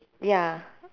ya